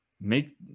make